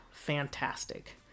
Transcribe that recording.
fantastic